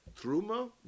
Truma